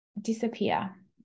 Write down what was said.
disappear